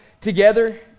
together